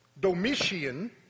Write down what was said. Domitian